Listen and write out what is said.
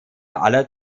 aller